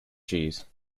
cheese